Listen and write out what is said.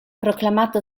proclamato